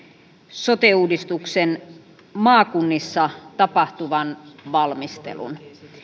sote uudistuksen maakunnissa tapahtuvan valmistelun